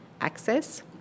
access